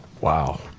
Wow